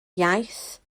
iaith